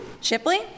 Shipley